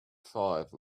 five